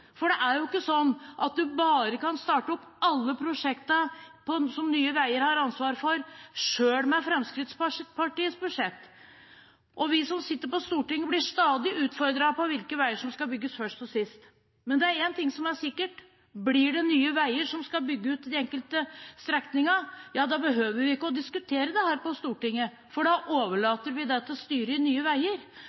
Det er jo ikke sånn at man bare kan starte opp alle prosjektene som Nye Veier har ansvaret for, sjøl med Fremskrittspartiets budsjett, og vi som sitter på Stortinget, blir stadig utfordret på hvilke veier som skal bygges først og sist. Men det er én ting som er sikkert: Blir det Nye Veier som skal bygge ut de enkelte strekningene, behøver vi ikke å diskutere dette på Stortinget, for da overlater vi det til styret i Nye Veier,